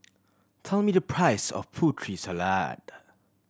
tell me the price of Putri Salad